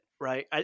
right